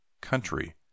country